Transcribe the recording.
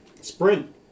Sprint